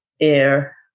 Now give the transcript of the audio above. air